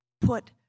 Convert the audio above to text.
put